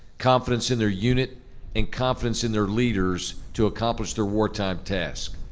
confidence in their unit and confidence in their leaders to accomplish their wartime task.